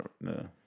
No